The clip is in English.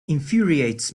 infuriates